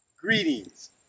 Greetings